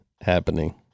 Happening